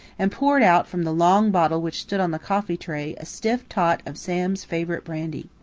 and poured out from the long bottle which stood on the coffee-tray a stiff tot of sam's favourite brandy.